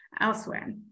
elsewhere